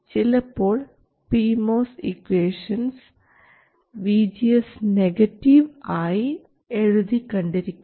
ചിലപ്പോൾ P MOS equations VGS negative ആയി എഴുതി കണ്ടിരിക്കാം